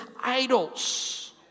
idols